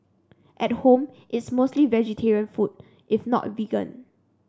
at home it's mostly vegetarian food if not a vegan